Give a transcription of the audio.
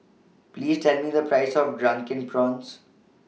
Please Tell Me The Price of Drunken Prawns